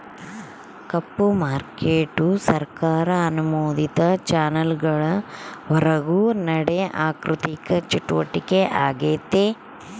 ಕಪ್ಪು market ಸರ್ಕಾರ ಅನುಮೋದಿತ ಚಾನೆಲ್ಗುಳ್ ಹೊರುಗ ನಡೇ ಆಋಥಿಕ ಚಟುವಟಿಕೆ ಆಗೆತೆ